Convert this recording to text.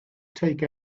take